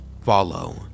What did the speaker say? Follow